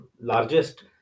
largest